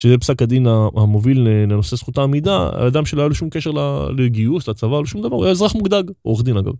שזה פסק הדין המוביל לנושא זכות העמידה, האדם שלא היה לו שום קשר לגיוס, לצבא, לשום דבר, הוא היה אזרח מודאג, עורך דין אגב.